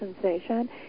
sensation